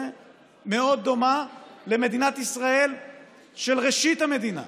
מאוד דומה למדינת ישראל של ראשית המדינה,